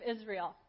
Israel